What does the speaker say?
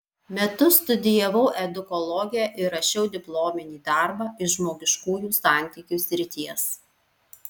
metus studijavau edukologiją ir rašiau diplominį darbą iš žmogiškųjų santykių srities